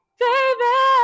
baby